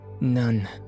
None